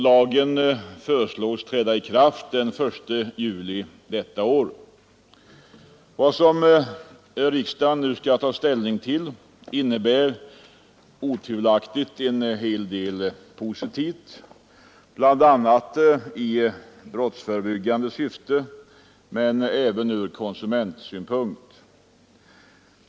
Lagen föreslås träda i kraft den 1 juli i år. Vad riksdagen nu skall ta ställning till innebär otvivelaktigt en hel del positivt, bl.a. i brottsförebyggande syfte men även från konsumentsynpunkt.